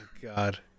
god